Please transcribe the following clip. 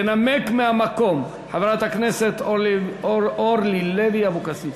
תנמק מהמקום חברת הכנסת אורלי לוי אבקסיס.